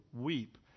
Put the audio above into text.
weep